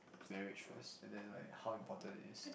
marriage first and then like how important it is